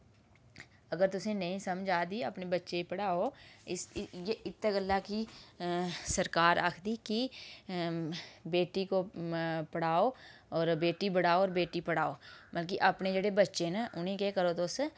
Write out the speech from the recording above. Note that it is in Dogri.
अगर तुसें नेईं समझ आ दी अपने बच्चें गी पढ़ाओ इत्तै गल्ला कि सरकार आखदी कि बेटी को पढ़ाओ और बेटा बढ़ाओ और बेटी पढ़ाओ मतलब कि अपने जेह्ड़े बच्चे न उ'नें केह् करो तुस